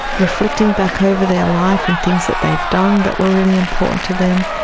reflecting back over their life and things that they've done that were really important to them,